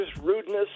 rudeness